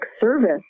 service